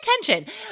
attention